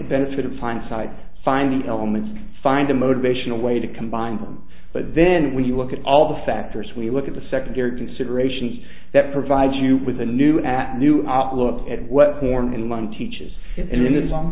the benefit of hindsight finding elements find a motivational way to combine them but then when you look at all the factors we look at the secondary considerations that provide you with a new at new op look at what born in one teaches